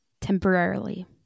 temporarily